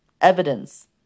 Evidence